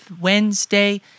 Wednesday